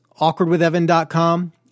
awkwardwithevan.com